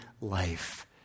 life